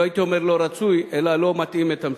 לא הייתי אומר לא רצוי, אלא לא מתאים למציאות.